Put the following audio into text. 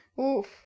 Oof